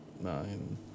nine